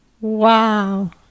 Wow